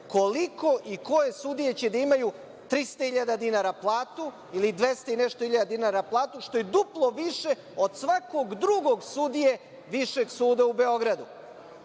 koliko i koje sudije će da imaju 300.000 dinara platu ili 200 i nešto hiljada dinara platu, što je duplo više od svakog drugog sudije Višeg suda u Beogradu. Dakle,